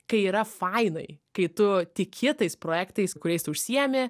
kai yra fainai kai tu tiki tais projektais kuriais tu užsiemi